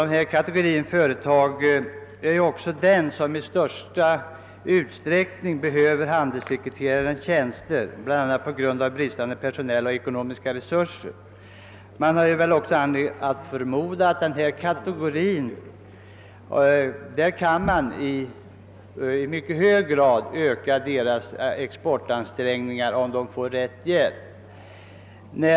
Denna kategori företag är också den som i största utsträckning behöver handelssekreterarnas tjänster, bl.a. på grund av bristande personella och ekonomiska resurser. Man har väl också anledning förmoda att dessa företag i mycket hög grad kan öka sina exportansträngningar, om de får rätt hjälp.